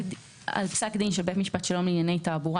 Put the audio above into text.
תעבורה25.על פסק דין של בית משפט שלום לענייני תעבורה